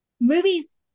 movies